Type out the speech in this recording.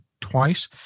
twice